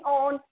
on